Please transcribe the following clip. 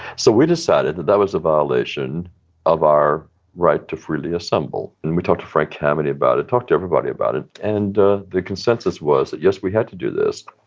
so we decided that that was a violation of our right to freely assemble. and we talked to frank kameny about it, talked to everybody about it. and the consensus was that, yes, we had to do this.